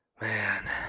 man